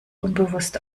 unbewusst